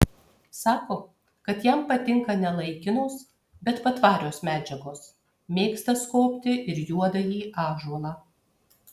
sako kad jam patinka ne laikinos bet patvarios medžiagos mėgsta skobti ir juodąjį ąžuolą